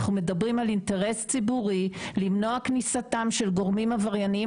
אנחנו מדברים על אינטרס ציבורי למנוע כניסתם של גורמים עברייניים